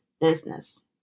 business